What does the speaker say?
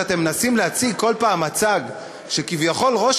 שאתם מנסים להציג כל פעם מצג שכביכול ראש